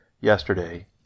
yesterday